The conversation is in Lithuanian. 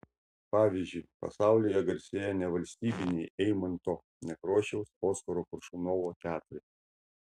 pavyzdžiui pasaulyje garsėja nevalstybiniai eimunto nekrošiaus oskaro koršunovo teatrai